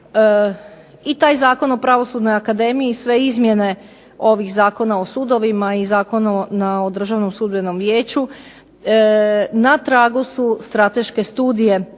I taj Zakon o Pravosudna akademiji sve izmjene ovih Zakona o sudovima i Zakona o Državnom sudbenom vijeću na tragu su strateške studije